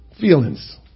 feelings